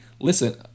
listen